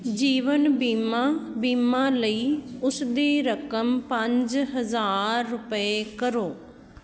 ਜੀਵਨ ਬੀਮਾ ਬੀਮਾ ਲਈ ਉਸ ਦੀ ਰਕਮ ਪੰਜ ਹਜ਼ਾਰ ਰੁਪਏ ਕਰੋ